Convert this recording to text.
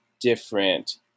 different